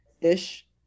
ish